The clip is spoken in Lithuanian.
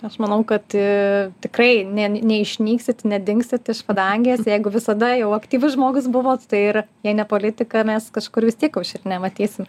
aš manau kad tikrai ne neišnyksit nedingsit iš padangės jeigu visada jau aktyvus žmogus buvot tai ir jei ne politika mes kažkur vis tiek aušrinę matysim